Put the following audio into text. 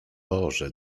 boże